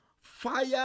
fire